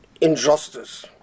injustice